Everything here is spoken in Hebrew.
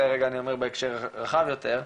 את זה אני אומר בהקשר רחב יותר,